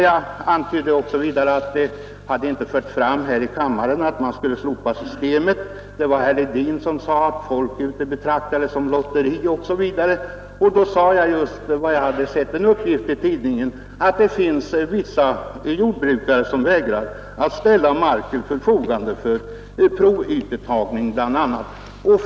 Jag antydde också att det inte i kammaren hade förts fram krav på ett slopande av systemet. Det var herr Hedin som påstod att folk betraktar systemet såsom lotteri. Jag framhöll då att jag hade sett i någon tidning en uppgift om att vissa jordbrukare vägrar att ställa mark till förfogande för utläggning av provytor.